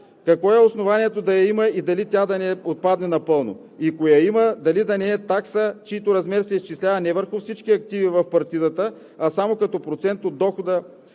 какво е основанието да я има и дали тя да не отпадне напълно; ако я има, дали не е такса, чиито размер се изчислява не върху всички активи в партидата, а само като процент от дохода